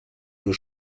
nur